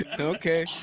Okay